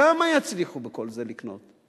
כמה יצליחו בכל זה לקנות?